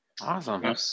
Awesome